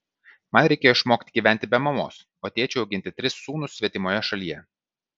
man reikėjo išmokti gyventi be mamos o tėčiui auginti tris sūnus svetimoje šalyje